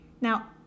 Now